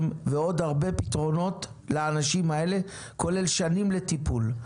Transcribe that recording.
ועוד הרבה פתרונות לאנשים האלה כולל שנים לטיפול,